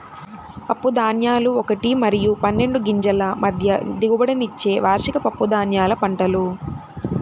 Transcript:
పప్పుధాన్యాలు ఒకటి మరియు పన్నెండు గింజల మధ్య దిగుబడినిచ్చే వార్షిక పప్పుధాన్యాల పంటలు